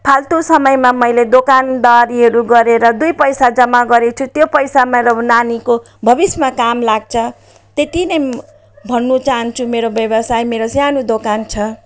फाल्टो समयमा मैले दोकानदारीहरू गरेर दुई पैसा जम्मा गरेको छु त्यो पैसा मेरो नानीको भविष्यमा काम लाग्छ त्यत्ति नै भन्न चाहन्छु मेरो व्यवसाय मेरो सानो दोकान छ